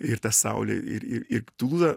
ir ta saulė ir ir ir tulūza